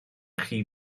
chi